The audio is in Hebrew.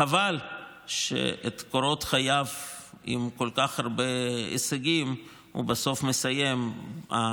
חבל שאת קורות חייו הפוליטיים עם כל כך הרבה הישגים הוא מסיים בסוף